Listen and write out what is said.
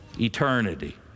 eternity